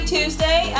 Tuesday